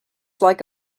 like